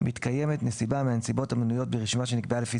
מתקיימת נסיבה מהנסיבות המנויות ברשימה שנקבעה לפי